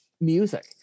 music